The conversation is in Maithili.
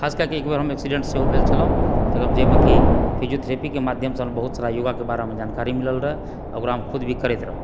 खास कए कऽ हम् एकबेर एक्सिडेन्ड्ट सेहो भेल छलहुॅं जाहिमे कि फिजिओथिरेपि के माध्यमसँ हम बहुत सारा योगके बारेमे जानकारी मिलल रहै ओकरा हम खुद भी करैत रहौ